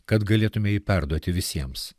kad galėtumei perduoti visiems